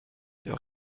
der